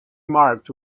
marked